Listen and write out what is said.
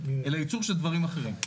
אלא ייצור של דברים אחרים.